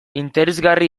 interesgarri